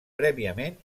prèviament